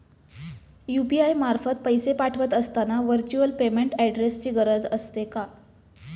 UPI मार्फत पैसे पाठवत असताना व्हर्च्युअल पेमेंट ऍड्रेसची गरज असते का?